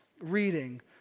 reading